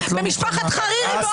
וזה ומשפחת חרירי ועוד משפחה.